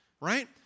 right